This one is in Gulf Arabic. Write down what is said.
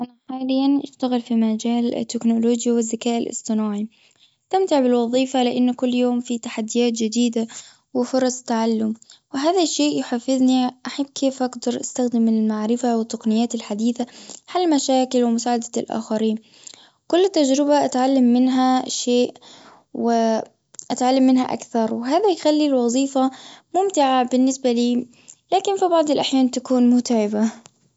أنا حاليا أشتغل في مجال التكنولوجيا والذكاء الأصطناعي. أستمتع بالوظيفة لأن كل يوم في تحديات جديدة وفرص تعلم. وهذا شيء يحافزني أحب كيف أقدر أستخدم المعرفة والتقنيات الحديثة? حل المشاكل ومساعدة الأخرين كل تجربة أتعلم منها شيء وأتعلم منها أكثر. وهذا يخلي الوظيفة ممتعة بالنسبة لي. لكن في بعض الأحيان تكون متعبة.